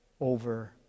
over